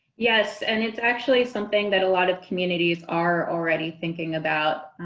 yes, and it's actually something that a lot of communities are already thinking about.